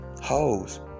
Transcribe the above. hoes